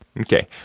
Okay